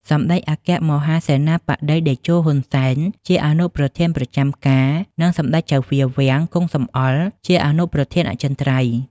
សម្តេចអគ្គមហាសេនាបតីតេជោ ហ៊ុន សែន ជាអនុប្រធានប្រចាំការ និងសម្ដេចចៅហ្វាវាំង គង់ សំអុល ជាអនុប្រធានអចិន្ត្រៃយ៍។